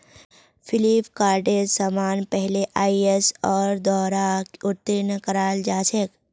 फ्लिपकार्टेर समान पहले आईएसओर द्वारा उत्तीर्ण कराल जा छेक